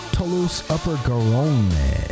Toulouse-Upper-Garonne